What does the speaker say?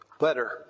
letter